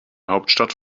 hauptstadt